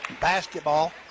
basketball